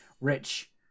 Rich